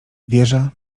wieża